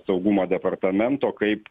saugumo departamento kaip